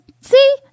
See